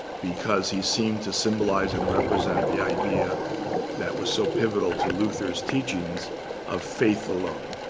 because he seemed to symbolize and represent the idea that was so pivotal to luther's teachings of faith alone.